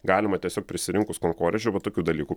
galima tiesiog prisirinkus konkorėžių vat tokių dalykų